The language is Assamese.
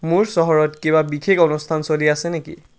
মোৰ চহৰত কিবা বিশেষ অনুষ্ঠান চলি আছে নেকি